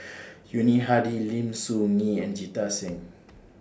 Yuni Hadi Lim Soo Ngee and Jita Singh